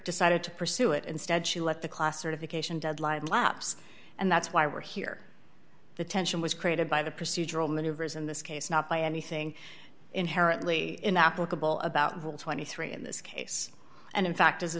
decided to pursue it instead she let the classification deadline lapse and that's why we're here the tension was created by the procedural maneuvers in this case not by anything inherently inapplicable about will twenty three in this case and in fact as